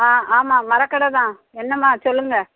ஆ ஆமாம் மரக்கடை தான் என்னம்மா சொல்லுங்கள்